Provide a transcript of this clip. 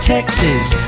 Texas